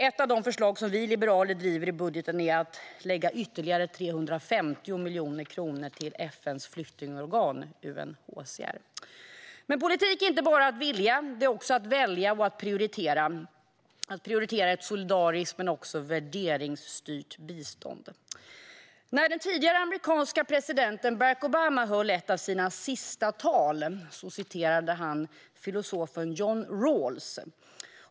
Ett av de förslag som vi liberaler driver i budgeten är att lägga ytterligare 350 miljoner kronor till FN:s flyktingorgan UNHCR. Men politik är inte bara att vilja. Det är också fråga om att välja och prioritera ett solidariskt och värderingsstyrt bistånd. När den tidigare amerikanske presidenten Barack Obama höll ett av sina sista tal citerade han filosofen John Rawls.